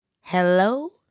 Hello